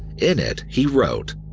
in it, he wrote,